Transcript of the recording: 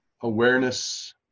awareness